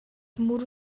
мөр